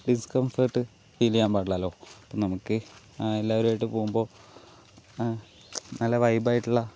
discomfort feel ചെയ്യാൻ പാടില്ലല്ലോ നമുക്ക് എല്ലാവരുമായിട്ട് പോകുമ്പോൾ നല്ല വൈബായിട്ടുള്ള